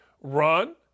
run